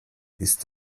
ist